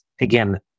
again